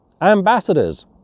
ambassadors